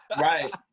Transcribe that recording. Right